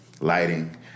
lighting